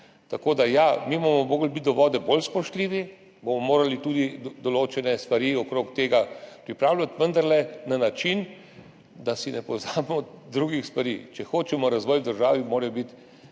Tako da ja, mi bomo morali biti do vode bolj spoštljivi, bomo morali tudi določene stvari okrog tega pripravljati, vendar le na način, da ne pozabimo drugih stvari. Če hočemo razvoj v državi, mora biti